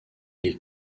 les